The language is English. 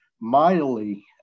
mightily